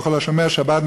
וכל השומר שבת,